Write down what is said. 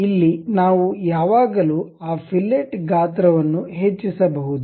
ಇಲ್ಲಿ ನಾವು ಯಾವಾಗಲೂ ಆ ಫಿಲೆಟ್ ಗಾತ್ರವನ್ನು ಹೆಚ್ಚಿಸಬಹುದು